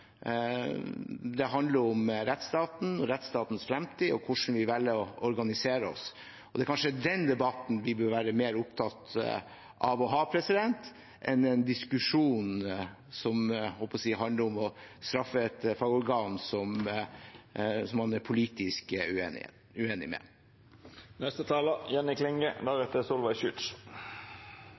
rettsstatens fremtid og hvordan vi velger å organisere oss. Og det er kanskje den debatten vi bør være mer opptatt av å ha enn en diskusjon som – jeg holdt på å si – handler om å straffe et fagorgan som man er politisk uenig med.